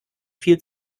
viel